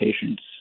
patients